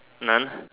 none